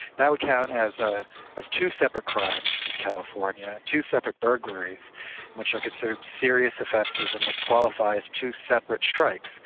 that would count as ah as two separate crimes in california, two separate burglaries which are considered serious offences and would qualify as two separate strikes.